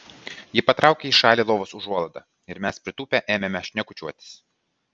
ji patraukė į šalį lovos užuolaidą ir mes pritūpę ėmėme šnekučiuotis